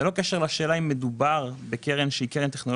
ללא קשר לשאלה אם מדובר בקרן טכנולוגיה,